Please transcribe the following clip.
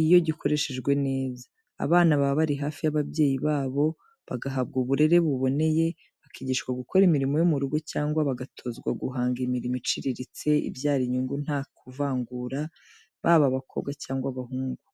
iyo gikoreshejwe neza. Abana baba bari hafi y'ababyeyi babo bagahabwa uburere buboneye, bakigishwa gukora imirimo yo mu rugo cyangwa bagatozwa guhanga imirimo iciriritse ibyara inyungu nta kuvangura, baba abakobwa cyangwa abahungu.